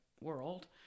world